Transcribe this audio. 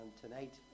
tonight